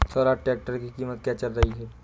Swaraj tractor की कीमत क्या चल रही है?